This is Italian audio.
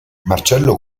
marcello